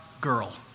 girl